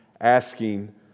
asking